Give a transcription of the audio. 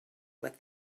with